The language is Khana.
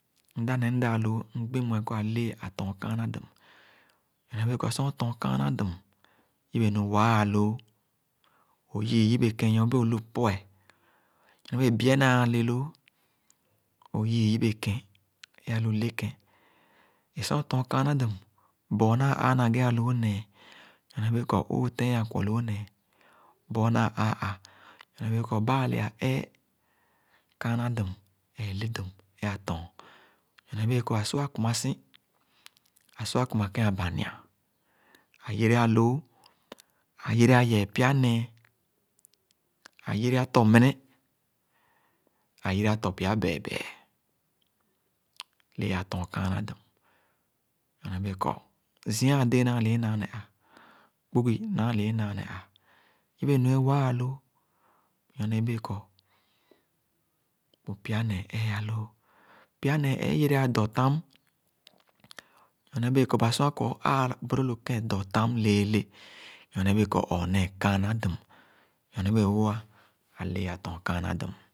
Mda ne mda-loo mgbi mue kɔr ā lēē ā tɔn kāānà dum, nyorne bee kor sor ō ton kāānà dum, yibe nu wāā lōō. O yii yibe kèn nyor-bee ōlu puch. Nyor-bee bi-e naa āle lōō. Ō yii yibe kèn, é alu lekén. É sor ō ton kāānà dum, bor naa āā loo nēē nyorne bee kor ōō tēēn akwɔ lōō nēē; bɔr naa āā ā nyorne bēē kor ba-a le-a ēē Kāānà dum ēē ledum é aton, nyorne bēē kɔr asu-a kumasi, asu-a kuma ke-abania; ā yere alōō, ā yere ā yɛ̄ɛ̄ pya nēē. Ā yere ā tɔ mene, ā yere ā to pya bɛɛbɛɛ. Lee ā tɔ̄n kāānà dum, nyorne bēē kor zia ā-de naa lē é naa neh ā, kpugi nāā le é naa neh ā, yibe nu é waa aloo nyorne bee kor bu pya nee ēē ālōō, pya nēē ēē yere-ā dɔ tam nyorne bēē kɔr ba sua kɔr ō āāra bōrōg lo dɔ tam hēēlè, nyorne bèè kor ɔɔ hēē kāānà dum. Nyorne bēē-wo, ā lēē aton kāānà dum.